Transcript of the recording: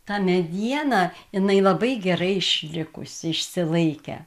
ta mediena jinai labai gerai išlikusi išsilaikę